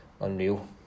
Unreal